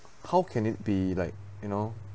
how can it be like you know